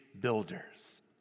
builders